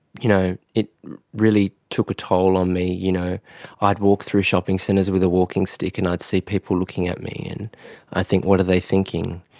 you know it really took a toll on me. you know i'd walk through shopping centres with a walking stick and i'd see people looking at me and i'd think, what are they thinking?